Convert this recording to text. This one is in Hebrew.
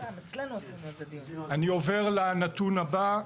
אני עובר לנתון הבא.